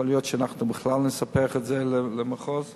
יכול להיות שאנחנו בכלל נספח את זה למחוז מחדש,